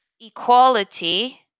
equality